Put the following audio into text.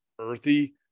earthy